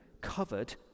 covered